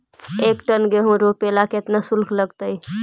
एक टन गेहूं रोपेला केतना शुल्क लगतई?